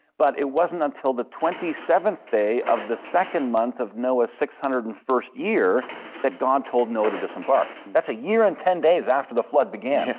but it wasn't until the twenty-seventh day of the second month of noah's six-hundred and first year that god told noah to disembark. that's a year and ten days after the flood began!